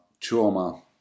trauma